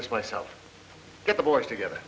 this myself get the boys together